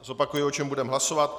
Zopakuji, o čem budeme hlasovat.